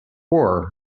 war